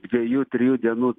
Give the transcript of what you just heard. dviejų trijų dienų